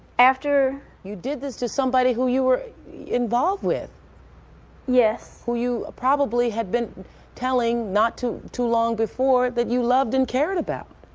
after you did this to somebody who you were involved with? phyllis yes. who you probably had been telling not too too long before that you loved and cared about.